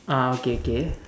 ah okay okay